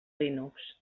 linux